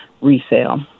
resale